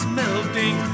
melting